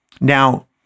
Now